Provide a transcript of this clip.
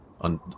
on